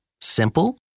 Simple